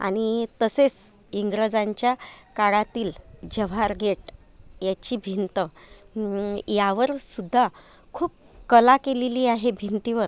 आणि तसेच इंग्रजांच्या काळातील जव्हार गेट याची भिंत यावरसुद्धा खूप कला केलेली आहे भिंतीवर